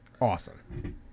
awesome